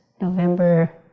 November